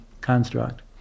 construct